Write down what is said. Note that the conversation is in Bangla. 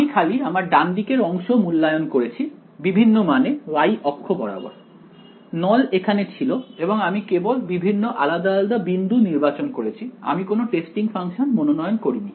আমি খালি আমার ডান দিকের অংশ মূল্যায়ন করেছি বিভিন্ন মানে y অক্ষ বরাবর নল এখানে ছিল এবং আমি কেবল বিভিন্ন আলাদা আলাদা বিন্দু নির্বাচন করেছি আমি কোনও টেস্টিং ফাংশন মনোনয়ন করিনি